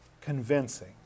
convincing